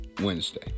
Wednesday